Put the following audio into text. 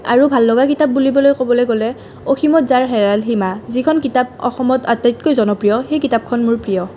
আৰু ভল লগা কিতাপ বুলিবলৈ ক'বলৈ গ'লে অসীমত যাৰ হেৰাল সীমা যিখন কিতাপ অসমত আটাইতকৈ জনপ্ৰীয় সেই কিতাপখন মোৰ প্ৰিয়